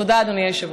תודה, אדוני היושב-ראש.